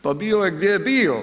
Pa bio je gdje je bio.